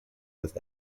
with